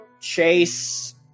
Chase